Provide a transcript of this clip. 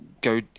go